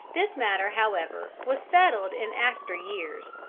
this matter, however, was settled in after-years.